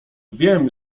wiem